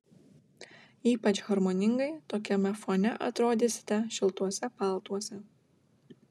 ypač harmoningai tokiame fone atrodysite šiltuose paltuose